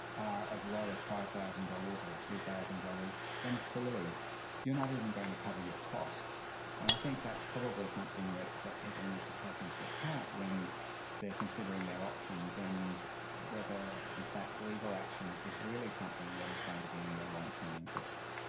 are as low as five thousand dollars or two thousand dollars, then clearly you are not even going to cover your costs. and i think that's probably something that that people need to take into account when they are considering their options and whether in fact legal action is really something that is going to be in their long-term interests.